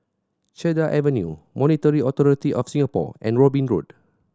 Cedar Avenue Monetary Authority Of Singapore and Robin Road